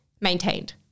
maintained